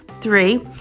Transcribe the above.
Three